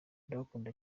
ndagukunda